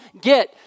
get